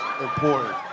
important